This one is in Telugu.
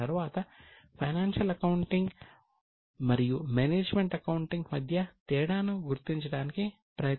తర్వాత ఫైనాన్షియల్ అకౌంటింగ్ మరియు మేనేజ్మెంట్ అకౌంటింగ్ మధ్య తేడాను గుర్తించడానికి ప్రయత్నించాం